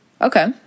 Okay